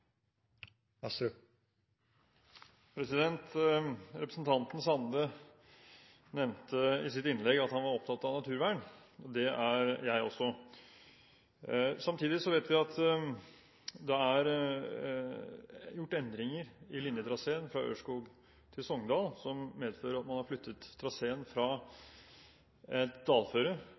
åra. Representanten Sande nevnte i sitt innlegg at han var opptatt av naturvern. Det er jeg også. Samtidig vet vi at det er gjort endringer i linjetraseen fra Ørskog til Sogndal som medfører at man har flyttet traseen fra et dalføre